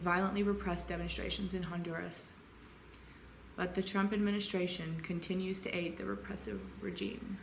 violently repressed demonstrations in honduras but the trump in ministration continues to ape the repressive regime